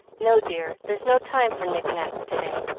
no, dear there's no time for knick-knacks to-day.